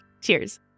Cheers